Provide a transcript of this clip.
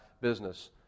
business